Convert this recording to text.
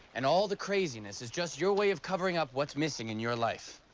and all the craziness, is just your way of covering up what's missing in your life.